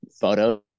photos